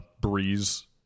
Breeze